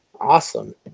Awesome